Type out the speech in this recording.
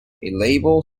label